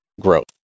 growth